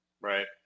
right